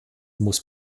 muss